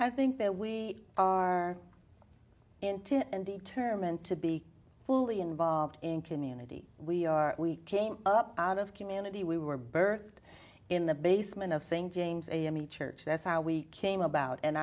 i think that we are in to and determine to be fully involved in community we are we came up out of community we were birth in the basement of st james a m e church that's how we came about and